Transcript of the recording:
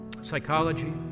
psychology